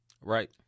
right